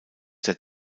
der